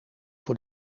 voor